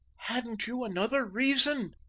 hadn't you another reason?